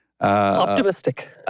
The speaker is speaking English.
Optimistic